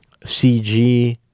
CG